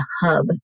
hub